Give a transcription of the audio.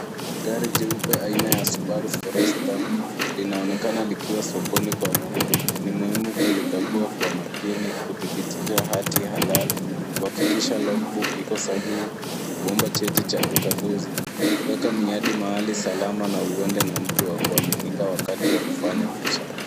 Gari jeupe aina ya Subaru Forester linaonekana likiwa sokoni kwa mauzo. Ni muhimu kulikagua kwa makini kudhibitisha hati halali, kuhakikisha logbook iko sahihi, kuomba cheti cha ukaguzi, kuweka miadi mahali salama na uende na mtu wa kuaminika wakati wa kufanya biashara.